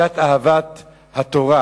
קצת אהבת התורה,